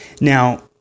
Now